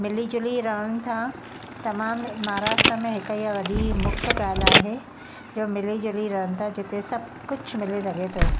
मिली जुली रहनि था तमामु महाराष्ट्रा में हिकु इहा वॾी मुख्य ॻाल्हि आहे जो मिली जुली रहनि था जिते सभु कुझु मिली रहे थो